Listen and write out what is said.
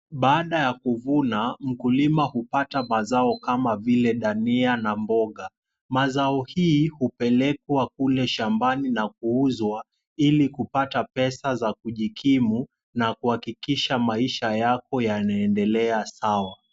Baada ya kuvuna, mkulima hupata mazao kama vile dania na mboga. Mazao haya hupelekwa kule shambani na kuuzwa ili kupata pesa za kujikimu na kuhakikisha maisha yako yanaendelea sawa.